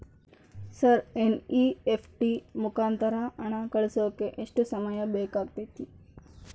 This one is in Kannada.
ಸರ್ ಎನ್.ಇ.ಎಫ್.ಟಿ ಮುಖಾಂತರ ಹಣ ಕಳಿಸೋಕೆ ಎಷ್ಟು ಸಮಯ ಬೇಕಾಗುತೈತಿ?